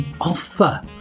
offer